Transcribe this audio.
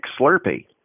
Slurpee